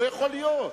לא יכול להיות.